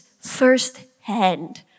firsthand